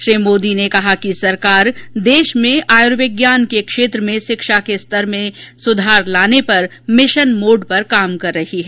श्री मोदी ने कहा कि सरकार देश में आयुर्विज्ञान के क्षेत्र में शिक्षा के स्तर में सुधार लाने पर मिशन मोड पर काम कर रही है